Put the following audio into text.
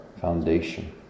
foundation